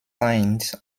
signed